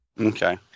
Okay